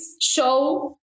show